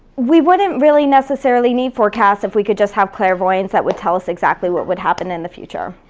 we wouldn't really necessary need forecast if we could just have clairvoyance that would tell us exactly what would happen in the future.